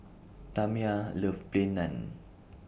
Tamia loves Plain Naan